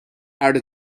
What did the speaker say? are